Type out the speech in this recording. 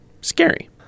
scary